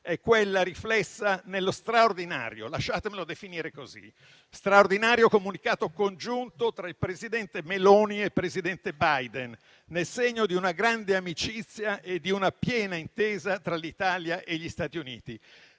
- lasciatemelo definire così - comunicato congiunto tra il Presidente Meloni e il presidente Biden, nel segno di una grande amicizia e di una piena intesa tra l'Italia e gli Stati Uniti.